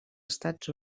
estats